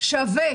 שווה